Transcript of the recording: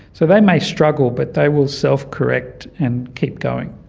so they may struggle but they will self-correct and keep going.